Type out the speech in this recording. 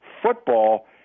football